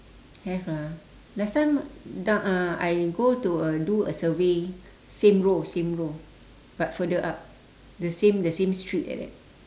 have lah last time done uh I go to a do a survey same row same row but further up the same the same street like that